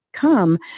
come